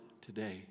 today